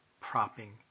propping